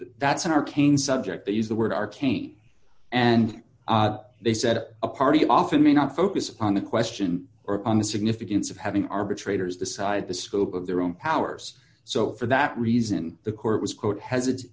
an arcane subject they use the word arcane and they said a party often may not focus on the question or on the significance of having arbitrators decide the scope of their own powers so for that reason the court was quote has its